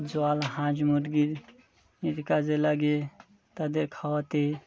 জল হাঁস মুরগির এর কাজে লাগে তাদের খাওয়াতে